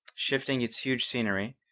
shifting its huge scenery,